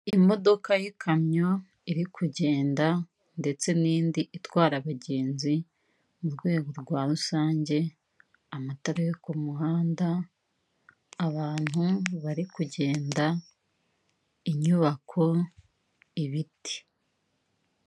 Imodoka y'ikamyo iri kugenda ndetse n'indi itwara abagenzi mu rwego rwa rusange amatara yo ku muhanda abantu bari kugenda inyubako, ibiti.